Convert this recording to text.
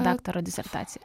daktaro disertaciją